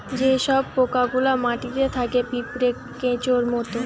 যে সব পোকা গুলা মাটিতে থাকে পিঁপড়ে, কেঁচোর মত